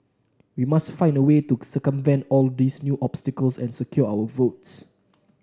we must find a way to circumvent all these new obstacles and secure our votes